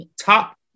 top